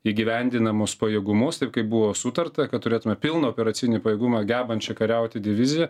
įgyvendinamus pajėgumus taip kaip buvo sutarta kad turėtume pilną operacinį pajėgumą gebančią kariauti diviziją